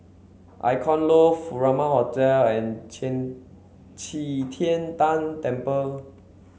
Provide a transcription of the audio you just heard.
Icon Loft Furama Hotel and Qian Qi Tian Tan Temple